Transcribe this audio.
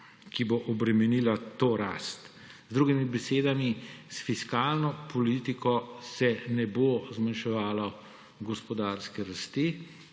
ki bo obremenila to rast. Z drugimi besedami, s fiskalno politiko se ne bo zmanjševalo gospodarske rasti